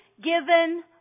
given